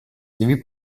devi